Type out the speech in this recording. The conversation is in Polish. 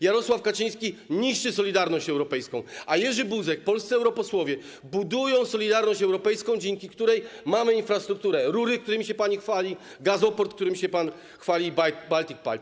Jarosław Kaczyński niszczy solidarność europejską, a Jerzy Buzek, polscy europosłowie budują solidarność europejską, dzięki której mamy infrastrukturę, rury, którymi się pani chwali, gazoport, którym się pan chwali, Baltic Pipe.